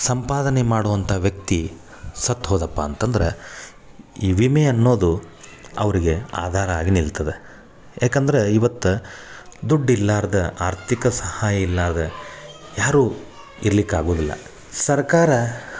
ಸಂಪಾದನೆ ಮಾಡುವಂಥ ವ್ಯಕ್ತಿ ಸತ್ತೋದಪ್ಪ ಅಂತಂದ್ರೆ ಈ ವಿಮೆ ಅನ್ನೋದು ಅವರಿಗೆ ಆಧಾರ ಆಗಿ ನಿಲ್ತದೆ ಯಾಕಂದರೆ ಇವತ್ತು ದುಡ್ಡು ಇಲ್ಲಾರ್ದ ಆರ್ಥಿಕ ಸಹಾಯ ಇಲ್ಲಾರ್ದ ಯಾರೂ ಇರ್ಲಿಕ್ಕೆ ಆಗುವುದಿಲ್ಲ ಸರ್ಕಾರ